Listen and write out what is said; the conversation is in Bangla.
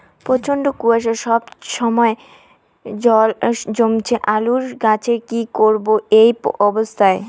প্রচন্ড কুয়াশা সবসময় জল জমছে আলুর গাছে কি করব এই অবস্থায়?